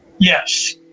yes